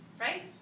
right